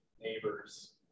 neighbors